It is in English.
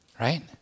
Right